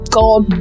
god